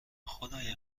خدای